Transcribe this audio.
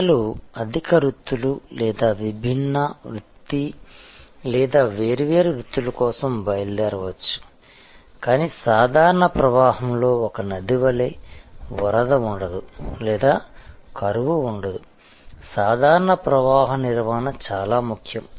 ప్రజలు అధిక వృత్తులు లేదా విభిన్న వృత్తి లేదా వేర్వేరు వృత్తుల కోసం బయలుదేరవచ్చు కానీ సాధారణ ప్రవాహంలో ఒక నది వలె వరద ఉండదు లేదా కరువు ఉండదు సాధారణ ప్రవాహ నిర్వహణ చాలా ముఖ్యం